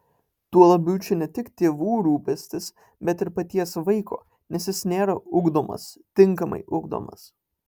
tuo labiau čia ne tik tėvų rūpestis bet ir paties vaiko nes jis nėra ugdomas tinkamai ugdomas